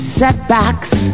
setbacks